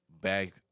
back